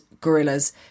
Gorillas